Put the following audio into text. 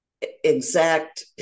exact